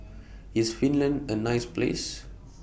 IS Finland A nice Place